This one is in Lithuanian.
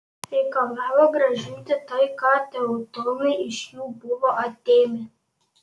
reikalavo grąžinti tai ką teutonai iš jų buvo atėmę